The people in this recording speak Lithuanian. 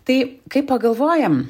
tai kaip pagalvojam